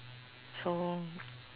so